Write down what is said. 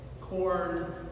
Corn